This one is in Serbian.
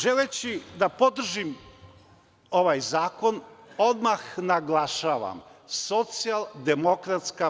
Želeći da podržim ovaj zakon odmah naglašavam SDP